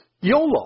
YOLO